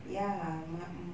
ya mak~ mm